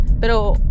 Pero